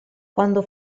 quando